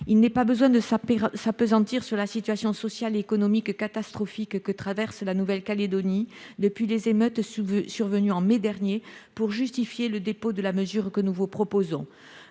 ans. Nul besoin de s’appesantir sur la situation sociale et économique catastrophique que connaît la Nouvelle Calédonie depuis les émeutes survenues en mai dernier pour justifier le dépôt de la mesure que nous vous proposons.